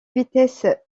vitesse